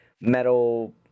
metal